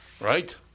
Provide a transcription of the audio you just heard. Right